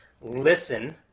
Listen